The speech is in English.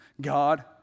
God